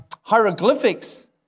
hieroglyphics